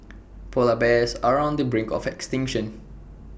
Polar Bears are on the brink of extinction